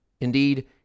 Indeed